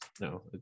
no